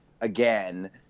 again